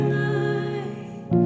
light